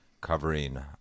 covering